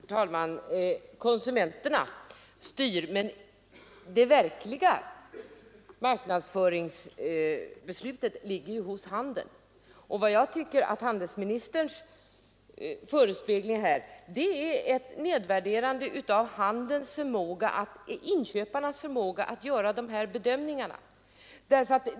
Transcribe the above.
Herr talman! Konsumenterna styr, men de verkliga marknadsföringsbesluten ligger ju hos handeln. Jag tycker att handelsministerns förespegling här är ett nedvärderande av inköparnas förmåga att göra dessa bedömningar.